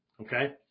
Okay